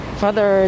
father